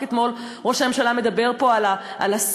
רק אתמול ראש הממשלה דיבר פה על הסייבר.